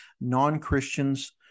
Non-Christians